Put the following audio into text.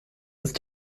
ist